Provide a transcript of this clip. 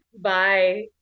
Bye